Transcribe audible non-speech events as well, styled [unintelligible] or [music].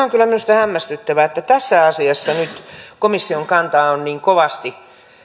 [unintelligible] on kyllä minusta hämmästyttävää että tässä asiassa nyt komission kanta on niin kovasti